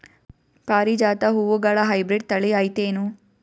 ಪಾರಿಜಾತ ಹೂವುಗಳ ಹೈಬ್ರಿಡ್ ಥಳಿ ಐತೇನು?